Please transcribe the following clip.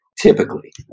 typically